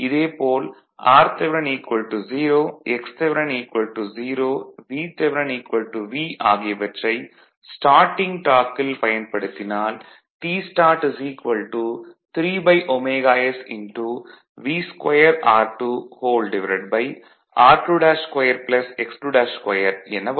இதே போல் rth 0 xth 0 Vth V ஆகியவற்றை ஸ்டார்ட்டிங் டார்க்கில் பயன்படுத்தினால் Tstart 3ωs V2r2 r22 x22 என வரும்